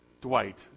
Dwight